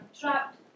trapped